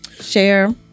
share